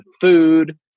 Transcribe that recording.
food